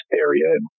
area